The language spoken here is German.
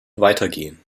weitergehen